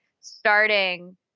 starting